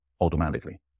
automatically